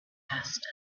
passed